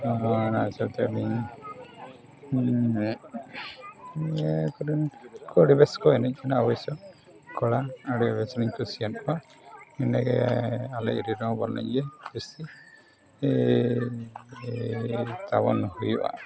ᱚᱱᱟ ᱨᱮᱱᱟᱜ ᱦᱤᱥᱟᱹᱵᱽᱛᱮ ᱩᱱᱤ ᱢᱮᱱᱟᱭᱟ ᱡᱮ ᱟᱠᱚ ᱨᱮᱱ ᱩᱱᱠᱩ ᱟᱹᱰᱤ ᱵᱮᱥ ᱠᱚ ᱮᱱᱮᱡ ᱠᱟᱱᱟ ᱚᱵᱚᱥᱥᱚ ᱠᱚᱲᱟ ᱟᱹᱰᱤ ᱵᱮᱥᱤᱧ ᱠᱩᱥᱤᱭᱟᱜ ᱠᱚᱣᱟ ᱤᱱᱟᱹᱜᱮ ᱟᱞᱮ ᱮᱨᱤᱭᱟ ᱨᱮᱦᱚᱸ ᱤᱭᱟᱹ ᱵᱮᱥᱤ ᱛᱟᱵᱚᱱ ᱦᱩᱭᱩᱜᱼᱟ